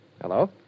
Hello